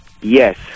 Yes